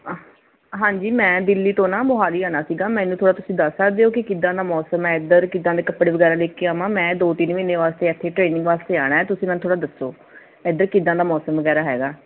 ਹ ਹਾਂਜੀ ਮੈਂ ਦਿੱਲੀ ਤੋਂ ਨਾ ਮੋਹਾਲੀ ਆਉਣਾ ਸੀਗਾ ਮੈਨੂੰ ਥੋੜ੍ਹਾ ਤੁਸੀਂ ਦੱਸ ਸਕਦੇ ਹੋ ਕਿ ਕਿੱਦਾਂ ਦਾ ਮੌਸਮ ਹੈ ਇੱਧਰ ਕਿੱਦਾਂ ਦੇ ਕੱਪੜੇ ਵਗੈਰਾ ਲੈ ਕੇ ਆਵਾਂ ਮੈਂ ਦੋ ਤਿੰਨ ਮਹੀਨੇ ਵਾਸਤੇ ਇੱਥੇ ਟ੍ਰੇਨਿੰਗ ਵਾਸਤੇ ਆਉਣਾ ਤੁਸੀਂ ਮੈਨੂੰ ਥੋੜ੍ਹਾ ਦੱਸੋ ਇੱਧਰ ਕਿੱਦਾਂ ਦਾ ਮੌਸਮ ਵਗੈਰਾ ਹੈਗਾ